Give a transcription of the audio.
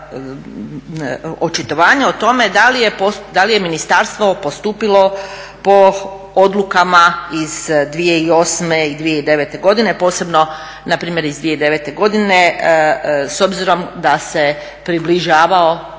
očitovanje o tome da li je ministarstvo postupilo po odlukama iz 2008. i 2009. godine, posebno npr. iz 2009. godine s obzirom da se približavao